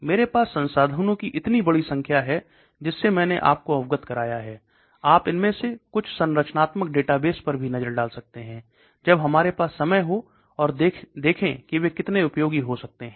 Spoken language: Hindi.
मेरे पास संसाधनों की इतनी बड़ी संख्या है जिससे मेने आपको अवगत कराया है आप इनमें से कुछ संरचनात्मक डेटाबेस पर भी नज़र डाल सकते हैं जब हमारे पास समय हो और देखें कि वे कितने उपयोगी हो सकते हैं